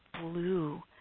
blue